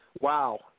Wow